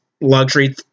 luxury